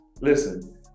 listen